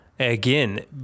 Again